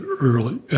early